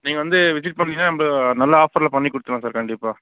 நீங்கள் வந்து விசிட் பண்ணிங்கன்னால் நம்ம நல்ல ஆஃப்பரில் பண்ணிக் கொடுத்துட்லாம் சார் கண்டிப்பாக